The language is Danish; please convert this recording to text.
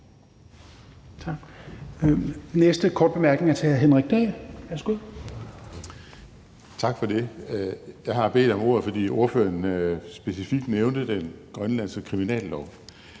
næste korte bemærkning er til hr. Henrik Dahl.